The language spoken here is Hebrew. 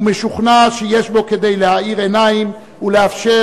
ומשוכנע שיש בו כדי להאיר עיניים ולאפשר